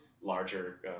larger